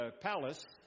palace